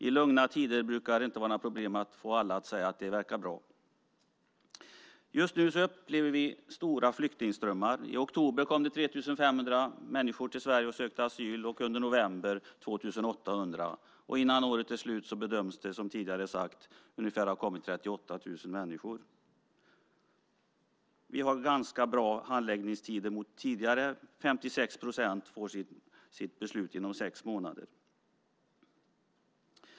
I lugna tider brukar det inte vara något problem att få alla att säga att det verkar bra. Just nu upplever vi stora flyktingströmmar. I oktober kom 3 500 människor till Sverige och sökte asyl. Under november kom 2 800. Innan året är slut bedöms det ha kommit ungefär 38 000 människor, som tidigare har sagts. Vi har ganska bra handläggningstider jämfört med tidigare. 56 procent får sitt beslut inom sex månader.